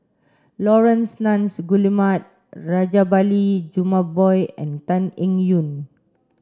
Laurence Nunns Guillemard Rajabali Jumabhoy and Tan Eng Yoon